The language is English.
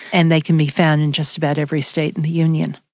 and they can be found in just about every state in the union.